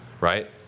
right